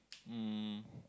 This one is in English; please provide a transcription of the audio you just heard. um